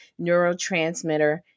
neurotransmitter